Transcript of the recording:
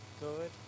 Good